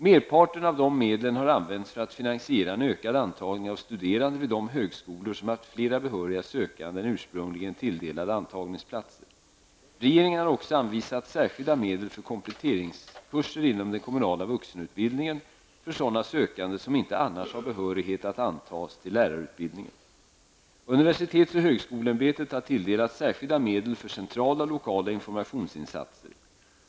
Merparten av dessa medel har använts för att finansiera en ökad antagning av studerande vid de högskolor som haft flera behöriga sökande än ursprungligen tilldelade antagningsplatser. Regeringen har också anvisat särskilda medel för kompletteringskurser inom den kommunala vuxenutbildningen för sådana sökande som inte annars har behörighet att antas till lärarutbildningen. Universitets och högskoleämbetet har tilldelats särskilda medel för centrala och lokala informationsinsatser.